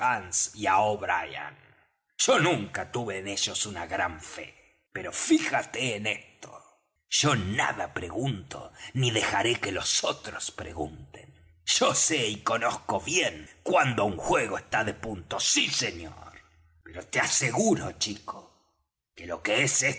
y á o'brien yo nunca tuve en ellos una gran fe pero fíjate en ésto yo nada pregunto ni dejaré que los otros pregunten yo sé y conozco bien cuándo un juego está de punto sí señor pues te aseguro chico que lo que es